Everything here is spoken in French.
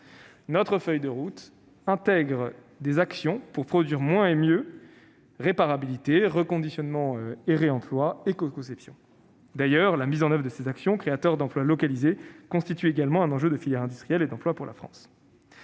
Notre feuille de route comprend des actions visant à produire moins et mieux : réparabilité, reconditionnement, réemploi, écoconception. D'ailleurs, la mise en oeuvre de ces actions créatrices d'emplois localisés constitue également un enjeu de filière industrielle et d'emploi pour la France.